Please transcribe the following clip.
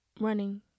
running